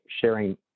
sharing